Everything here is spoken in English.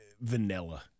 vanilla